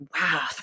wow